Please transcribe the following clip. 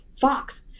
fox